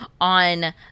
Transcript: on